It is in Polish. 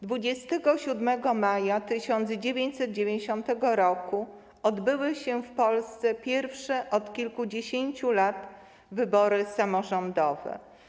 27 maja 1990 r. odbyły się w Polsce pierwsze od kilkudziesięciu lat wybory samorządowe.